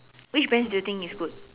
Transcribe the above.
which brands do you think is good